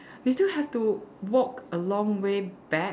we still have to walk a long way back